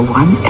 one